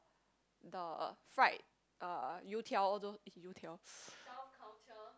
the fried uh You-Tiao all those eh You-Tiao